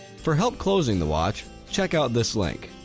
for help closing the watch, check out this link.